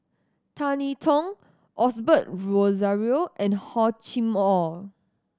Tan I Tong Osbert Rozario and Hor Chim Or